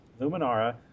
Luminara